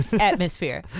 Atmosphere